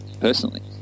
personally